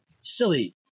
silly